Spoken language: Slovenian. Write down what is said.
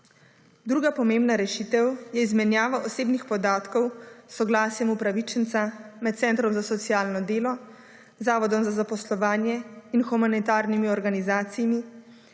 Druga pomembna rešitev je izmenjava osebnih podatkov s soglasjem upravičenca med centrom za socialno delo, Zavodom za zaposlovanje in humanitarnimi organizacijami,